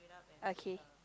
okay